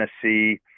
Tennessee